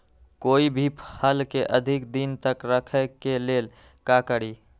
कोई भी फल के अधिक दिन तक रखे के लेल का करी?